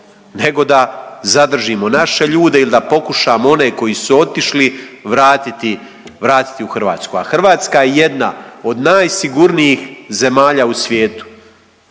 nego da zadržimo naše ljude ili da pokušamo one koji su otišli vratiti u Hrvatsku. A Hrvatska je jedna od najsigurnijih zemalja u svijetu.